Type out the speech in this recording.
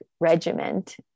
regiment